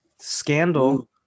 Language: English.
scandal